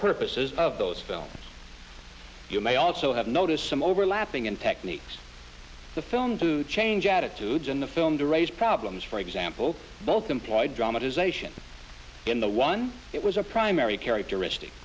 purposes of those films you may also have noticed some overlapping in techniques the film to change attitudes in the film to raise problems for example both imply drama zation in the one it was a primary characteristic